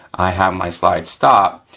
i have my slide stop,